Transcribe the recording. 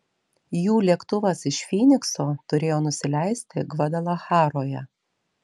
jų lėktuvas iš fynikso turėjo nusileisti gvadalacharoje